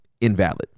invalid